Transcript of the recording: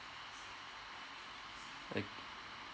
ok